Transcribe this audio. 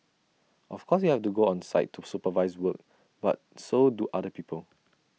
of course you have to go on site to supervise work but so do other people